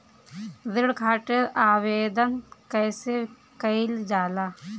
ऋण खातिर आवेदन कैसे कयील जाला?